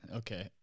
okay